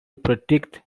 predict